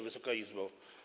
Wysoka Izbo!